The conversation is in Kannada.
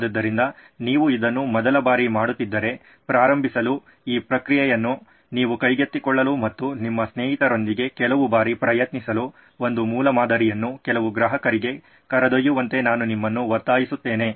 ಆದ್ದರಿಂದ ನೀವು ಇದನ್ನು ಮೊದಲ ಬಾರಿಗೆ ಮಾಡುತ್ತಿದ್ದರೆ ಪ್ರಾರಂಭಿಸಲು ಈ ಪ್ರಕ್ರಿಯೆಯನ್ನು ನೀವು ಕೈಗೆತ್ತಿಕೊಳ್ಳಲು ಮತ್ತು ನಿಮ್ಮ ಸ್ನೇಹಿತರೊಂದಿಗೆ ಕೆಲವು ಬಾರಿ ಪ್ರಯತ್ನಿಸಲು ಒಂದು ಮೂಲಮಾದರಿಯನ್ನು ಕೆಲವು ಗ್ರಾಹಕರಿಗೆ ಕರೆದೊಯ್ಯುವಂತೆ ನಾನು ನಿಮ್ಮನ್ನು ಒತ್ತಾಯಿಸುತ್ತೇನೆ